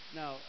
now